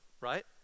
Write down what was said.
right